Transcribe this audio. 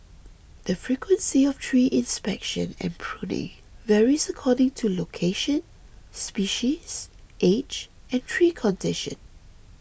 the frequency of tree inspection and pruning varies according to location species age and tree condition